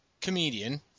comedian